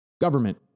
Government